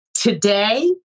Today